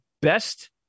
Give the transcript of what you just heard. best